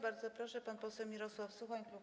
Bardzo proszę, pan poseł Mirosław Suchoń, klub